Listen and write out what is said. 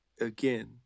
Again